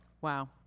Wow